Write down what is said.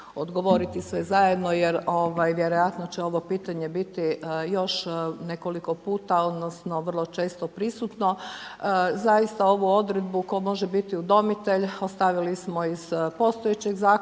odgovoriti sve zajedno jer, ovaj, vjerojatno će ovo pitanje biti još nekoliko puta odnosno vrlo često prisutno. Zaista, ovu odredbu tko može biti udomitelj, ostavili smo i sa postojećeg Zakona